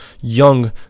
young